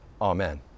Amen